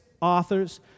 authors